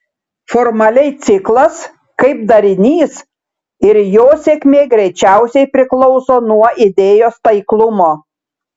formaliai ciklas kaip darinys ir jo sėkmė greičiausiai priklauso nuo idėjos taiklumo